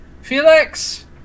Felix